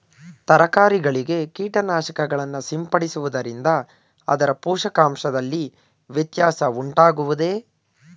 ತರಕಾರಿಗಳಿಗೆ ಕೀಟನಾಶಕಗಳನ್ನು ಸಿಂಪಡಿಸುವುದರಿಂದ ಅದರ ಪೋಷಕಾಂಶದಲ್ಲಿ ವ್ಯತ್ಯಾಸ ಉಂಟಾಗುವುದೇ?